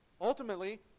Ultimately